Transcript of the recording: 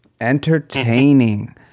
Entertaining